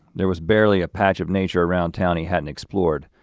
there was barely a patch of nature around town he hadn't explored.